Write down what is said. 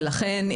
לכן,